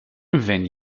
wenn